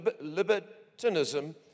libertinism